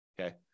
okay